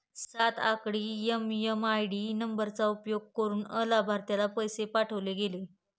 सात आकडी एम.एम.आय.डी नंबरचा उपयोग करुन अलाभार्थीला पैसे पाठवले गेले